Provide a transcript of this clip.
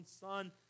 son